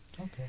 Okay